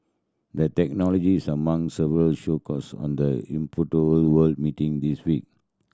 the technology is among several show course on the World meeting this week